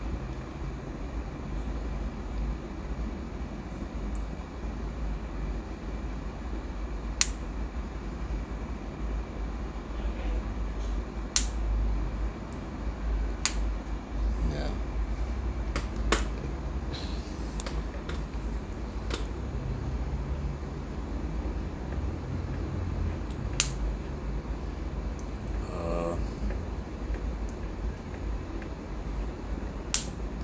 yeah uh